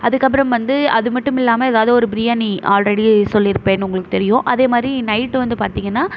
அதுக்கப்புறம் வந்து அது மட்டும் இல்லாமல் எதாவது ஒரு பிரியாணி ஆல்ரெடி சொல்லியிருப்பேன் உங்களுக்கு தெரியும் அதே மாதிரி நைட்டு வந்து பார்த்திங்கனா